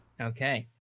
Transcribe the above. Okay